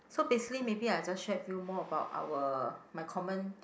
so basically maybe I just share you more about our my common